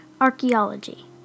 archaeology